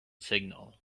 signal